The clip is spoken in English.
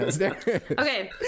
Okay